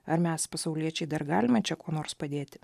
ar mes pasauliečiai dar galime čia kuo nors padėti